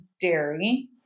dairy